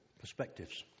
perspectives